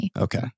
Okay